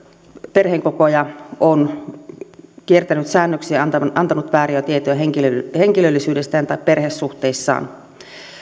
perheenkokoaja on kiertänyt säännöksiä ja antanut vääriä tietoja henkilöllisyydestään tai perhesuhteistaan